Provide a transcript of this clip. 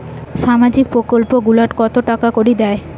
সামাজিক প্রকল্প গুলাট কত টাকা করি দেয়?